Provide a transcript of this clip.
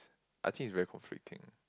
I think it's very conflicting